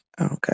Okay